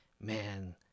man